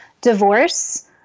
divorce